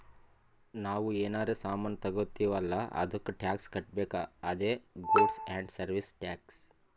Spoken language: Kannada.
ನಾವ್ ಏನರೇ ಸಾಮಾನ್ ತಗೊತ್ತಿವ್ ಅಲ್ಲ ಅದ್ದುಕ್ ಟ್ಯಾಕ್ಸ್ ಕಟ್ಬೇಕ್ ಅದೇ ಗೂಡ್ಸ್ ಆ್ಯಂಡ್ ಸರ್ವೀಸ್ ಟ್ಯಾಕ್ಸ್